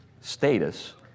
status